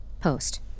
post